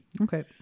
Okay